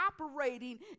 operating